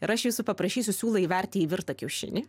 ir aš jūsų paprašysiu siūlą įverti į virtą kiaušinį